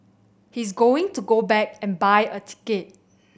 he's going to go back and buy a ticket